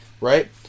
Right